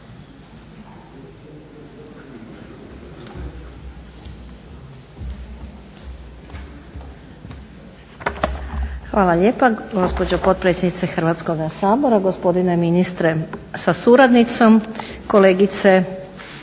Hvala lijepa gospođo potpredsjednice Hrvatskoga sabora, gospođine ministre sa suradnicom, kolegice